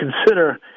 consider